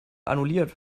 annulliert